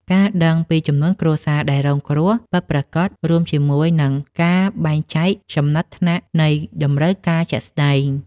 ការដឹងពីចំនួនគ្រួសារដែលរងគ្រោះពិតប្រាកដ រួមជាមួយនឹងការបែងចែកចំណាត់ថ្នាក់នៃតម្រូវការជាក់ស្ដែង។